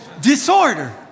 disorder